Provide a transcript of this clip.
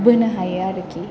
बोनो हायो आरोखि